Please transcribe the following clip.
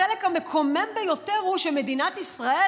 החלק המקומם ביותר הוא שמדינת ישראל